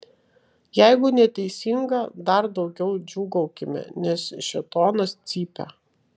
jeigu neteisinga dar daugiau džiūgaukime nes šėtonas cypia